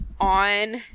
on